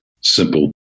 simple